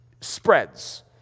spreads